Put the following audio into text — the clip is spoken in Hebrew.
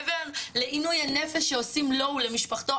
מעבר לעינוי הנפש שעושים לו ולמשפחתו,